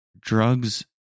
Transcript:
drugs